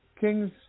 Kings